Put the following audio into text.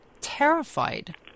terrified